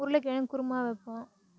உருளைக்கிழங்கு குருமா வைப்போம்